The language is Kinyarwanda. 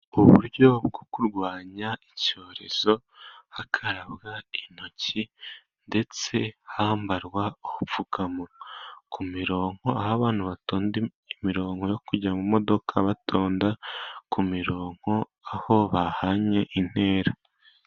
Uburyo bwo kurwanya icyorezo; hakarabwa intoki ndetse hambarwa ubupfukama, ku mirongo aho abantu batonda imirongo yo kujya mu modoka, batonda kumirongo aho bahanye intera.